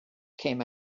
came